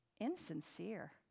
insincere